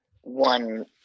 one